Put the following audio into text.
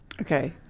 Okay